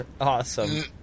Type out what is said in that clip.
Awesome